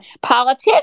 politics